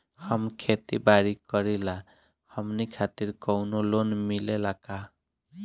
हम खेती बारी करिला हमनि खातिर कउनो लोन मिले ला का?